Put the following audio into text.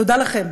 תודה לכם.